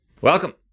welcome